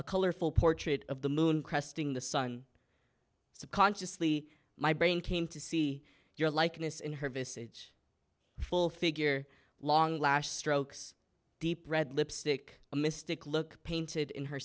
a colorful portrait of the moon cresting the sun subconsciously my brain came to see your likeness in her vistage full figure long lashed strokes deep red lipstick a mystic look painted in her